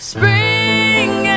Spring